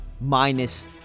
Minus